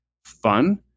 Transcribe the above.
fun